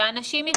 שהאנשים ייחשפו,